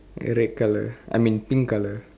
red colour I mean pink colour